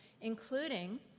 including